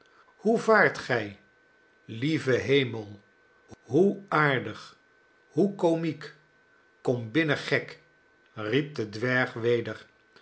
hoe vaart gij lieve hemel hoe aardig hoe komiek kom binnen gek riep de dwerg weder